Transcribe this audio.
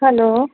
hello